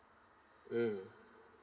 mm